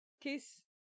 kiss